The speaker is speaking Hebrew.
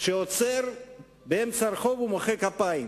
שעוצר באמצע הרחוב ומוחא כפיים